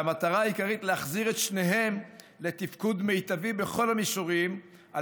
והמטרה העיקרית היא להחזיר את שניהם לתפקוד מיטבי בכל המישורים על